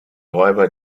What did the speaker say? räuber